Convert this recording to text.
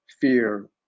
fear